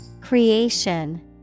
Creation